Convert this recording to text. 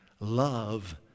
Love